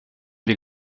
wir